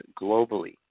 globally